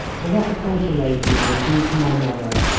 for what a consolation it would be to my mother,